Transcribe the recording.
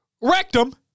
Rectum